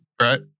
right